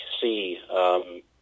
see